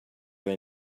were